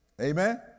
Amen